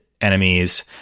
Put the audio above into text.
enemies